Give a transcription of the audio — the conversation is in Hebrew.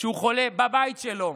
כשהוא חולה בבית שלו.